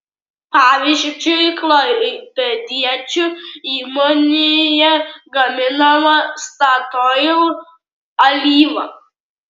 pavyzdžiui klaipėdiečių įmonėje gaminama statoil alyva